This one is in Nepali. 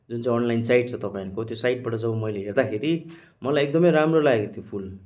जुन चाहिँ अनलाइन साइट छ तपाईँहरूको त्यो साइटबाट जब मैले हेर्दाखेरि मलाई एकदमै राम्रो लागेको थियो फुल